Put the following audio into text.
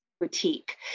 boutique